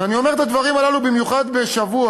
ואני אומר את הדברים הללו במיוחד בשבוע